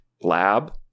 lab